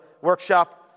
workshop